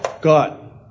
God